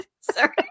Sorry